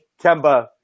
Kemba